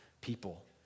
people